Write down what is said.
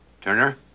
Turner